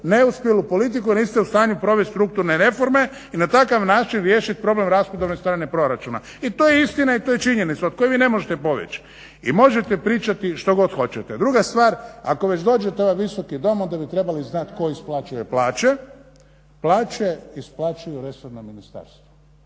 neuspjelu politiku niste u stanju provest strukturne reforme i na takav način riješit problem rashodovne strane proračuna. I to je istina i to je činjenica od koje vi ne možete pobjeći. I možete pričati što god hoćete. Druga stvar, ako već dođete u ovaj Visoki dom onda bi trebali znat tko isplaćuje plaće. Plaće isplaćuju resorna ministarstva.